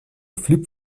flip